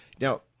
Now